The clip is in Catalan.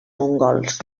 mongols